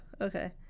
okay